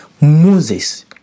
Moses